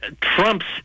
Trump's